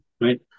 right